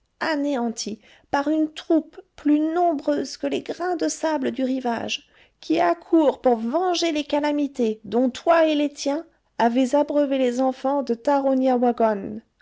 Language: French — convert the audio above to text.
anéantie par une troupe plus nombreuse que les grains de sable du rivage qui accourt pour venger les calamités dont toi et les tiens avez abreuvé les enfants de